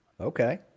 Okay